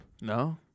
no